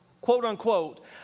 quote-unquote